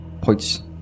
points